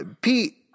Pete